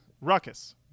Ruckus